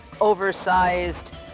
oversized